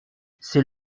c’est